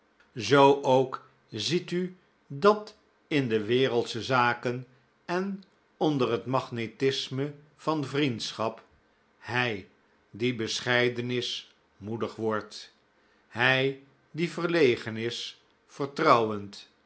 zoo ook ziet u dat in wereldsche zaken en onder het magnetisme van vriendschap hij die bescheiden is moedig wordt hij die verlegen is vertrouwend